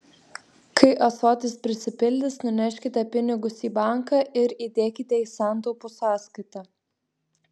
kai ąsotis prisipildys nuneškite pinigus į banką ir įdėkite į santaupų sąskaitą